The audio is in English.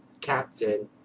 captain